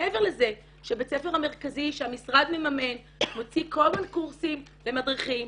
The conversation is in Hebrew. מעבר לזה שבית הספר המרכזי שהמשרד מממן מוציא כל הזמן קורסים למדריכים,